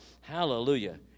Hallelujah